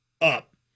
up